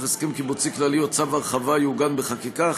הסכם קיבוצי כללי או צו הרחבה יעוגן בחקיקה,